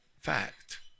fact